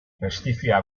pestizida